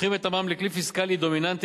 הופכים את המע"מ לכלי פיסקלי דומיננטי